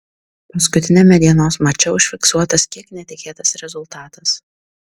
paskutiniame dienos mače užfiksuotas kiek netikėtas rezultatas